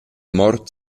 mort